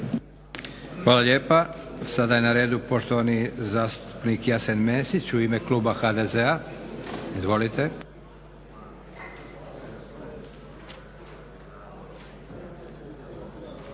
Hvala lijepa. Sada je na redu poštovani zastupnik Jasen Mesić u ime Kluba HDZ-a. Izvolite.